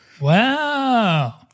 Wow